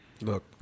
Look